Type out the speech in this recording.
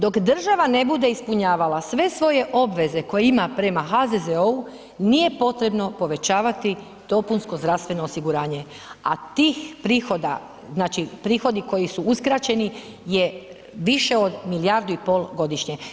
Dok država ne bude ispunjavala sve svoje obveze koje ima prema HZZO-u nije potrebno povećavati dopunsko zdravstveno osiguranje, a tih prihoda, znači prihodi koji su uskraćeni je više od milijardu i pol godišnje.